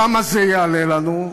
כמה זה יעלה לנו?